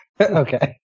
okay